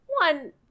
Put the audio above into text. One